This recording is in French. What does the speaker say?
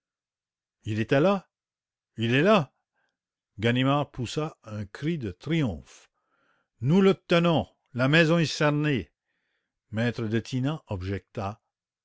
il était là il est là ganimard poussa un cri de triomphe nous le tenons la maison est cernée m e detinan objecta